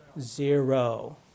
zero